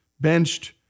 benched